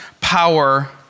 power